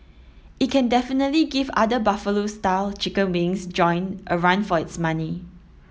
it can definitely give other Buffalo style chicken wings joint a run for its money